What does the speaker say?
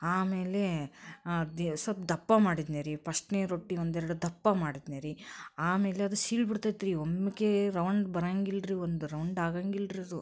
ಆಮೇಲೆ ದಿ ಸ್ವಲ್ಪ ದಪ್ಪ ಮಾಡಿದ್ನಿ ರೀ ಪಶ್ಟ್ನೇ ರೊಟ್ಟಿ ಒಂದೆರಡು ದಪ್ಪ ಮಾಡಿದ್ನಿ ರೀ ಆಮೇಲೆ ಅದು ಸೀಳು ಬಿಡ್ತೈತೆ ರೀ ಒಮ್ಮೆಲೇ ರೌಂಡ್ ಬರಂಗಿಲ್ಲ ರೀ ಒಂದು ರೌಂಡ್ ಆಗಂಗಿಲ್ಲ ರೀ ಅದು